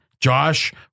Josh